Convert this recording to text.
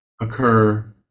occur